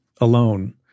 alone